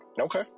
Okay